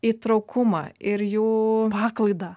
įtraukumą ir jų paklaidą